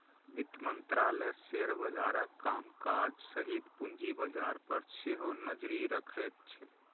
वित्त मंत्रालय शेयर बाजारक कामकाज सहित पूंजी बाजार पर सेहो नजरि रखैत छै